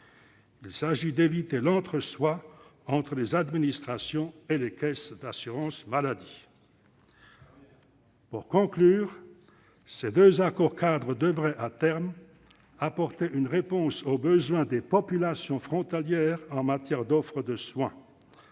Il s'agit d'éviter l'entre-soi entre administrations et caisses d'assurance maladie. Très bien ! Pour conclure, je dirais que ces deux accords-cadres devraient, à terme, apporter une réponse aux besoins des populations frontalières en matière d'offre de soins.